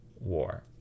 war